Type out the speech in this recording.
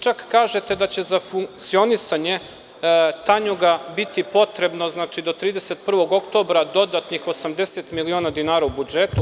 Čak kažete da će za funkcionisanje Tanjuga biti potrebno do 31. oktobra dodatnih oko 80 miliona dinara u budžetu.